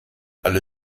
alle